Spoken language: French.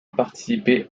participé